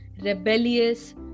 rebellious